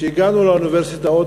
כשהגענו לאוניברסיטאות,